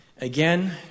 Again